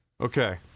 Okay